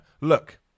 Look